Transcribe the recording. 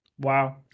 Wow